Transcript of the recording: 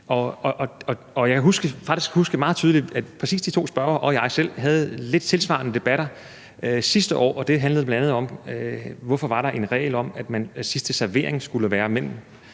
Jeg kan faktisk huske meget tydeligt, at præcis de to spørgere og jeg selv havde lidt tilsvarende debatter sidste år, og de handlede bl.a. om, hvorfor der var en regel om, at sidste servering skulle være kl.